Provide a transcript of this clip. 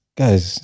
Guys